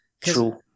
True